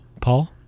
Paul